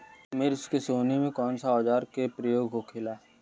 मिर्च के सोहनी में कौन सा औजार के प्रयोग होखेला?